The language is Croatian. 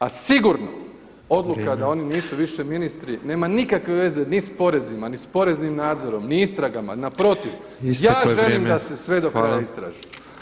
A sigurno odluka da oni nisu više ministri nema nikakve veze ni s porezima, ni s poreznim nadzorom ni istragama, naprotiv, ja želim da se sve do kraja istraži.